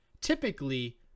typically